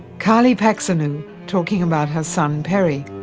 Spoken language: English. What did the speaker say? carlie paxinon talking about her son perry,